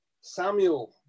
samuel